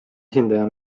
esindaja